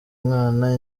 mwana